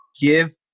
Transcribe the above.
give